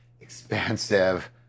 expensive